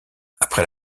après